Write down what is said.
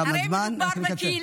תם הזמן, רק לקצר.